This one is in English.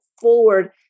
forward